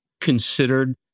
considered